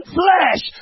flesh